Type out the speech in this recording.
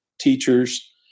teachers